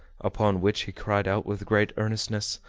upon which he cried out with great earnestness,